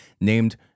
named